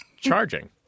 charging